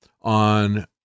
on